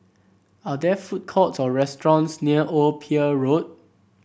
are there food courts or restaurants near Old Pier Road